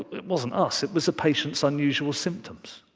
it wasn't us it was the patient's unusual symptoms.